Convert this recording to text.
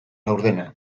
laurdena